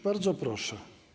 Bardzo proszę.